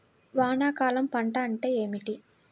వానాకాలం పంట అంటే ఏమిటి?